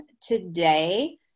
today